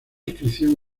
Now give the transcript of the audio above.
inscripción